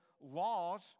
laws